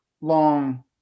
long